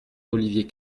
d’olivier